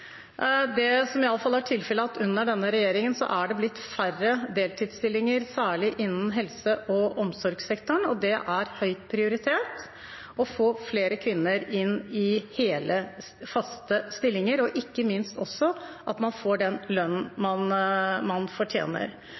Det som i alle fall er tilfelle, er at det under denne regjeringen er blitt færre deltidsstillinger, særlig innen helse- og omsorgssektoren. Det er høyt prioritert å få flere kvinner inn i hele, faste stillinger og ikke minst at man også får den lønnen man fortjener.